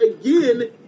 again